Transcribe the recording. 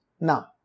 Now